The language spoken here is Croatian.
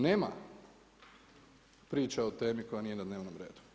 Nema priča o temi koja nije na dnevnom redu.